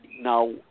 now